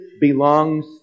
belongs